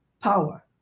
power